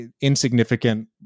insignificant